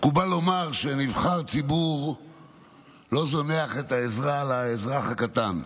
מקובל לומר שנבחר ציבור לא זונח את העזרה לאזרח הקטן.